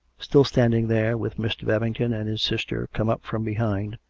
still standing there, with mr. babington and his sister come up from behind,